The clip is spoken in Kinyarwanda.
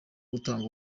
gutanga